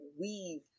weave